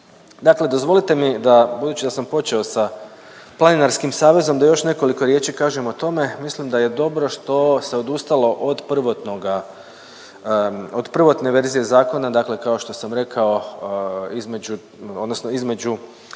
Dakle dozvolite mi da budući da sam počeo sa Planinarskim savezom da još nekoliko riječi kažem o tome. Mislim da je dobro što se odustalo od prvotnoga od prvotne verzije zakona dakle kao što sam rekao između odnosno između